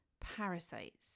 parasites